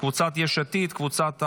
קבוצת יש עתיד, קבוצת העבודה,